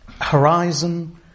horizon